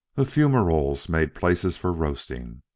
the fumaroles made places for roasting,